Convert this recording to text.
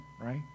right